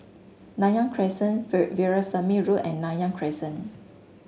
Nanyang Crescent Veerasamy Road and Nanyang Crescent